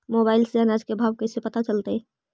Mobile से अनाज के भाव कैसे पता चलतै?